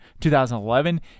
2011